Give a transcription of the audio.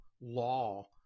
law